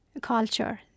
culture